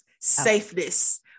safeness